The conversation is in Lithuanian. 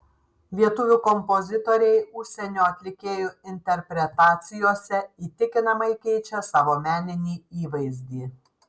lietuvių kompozitoriai užsienio atlikėjų interpretacijose įtikinamai keičia savo meninį įvaizdį